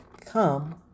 come